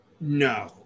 no